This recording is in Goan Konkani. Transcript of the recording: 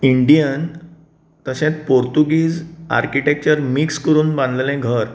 इंडियन तशेंच पुर्तूगीज आर्किटेक्चर मिक्स करून बांदलेले घर